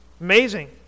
Amazing